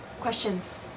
Questions